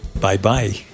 Bye-bye